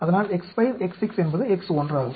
அதனால் X5 X6 என்பது X1 ஆகும்